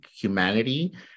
humanity